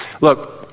look